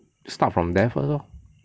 start from there first lor